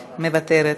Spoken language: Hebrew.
מוותרת,